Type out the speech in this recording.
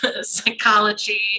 psychology